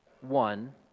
one